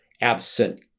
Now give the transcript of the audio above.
absent